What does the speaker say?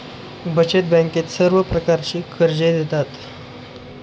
बचत बँकेत सर्व प्रकारची कर्जे देतात